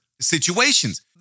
situations